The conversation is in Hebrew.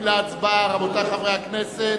להצבעה, רבותי חברי הכנסת.